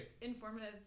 informative